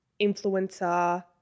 influencer